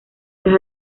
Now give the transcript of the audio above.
las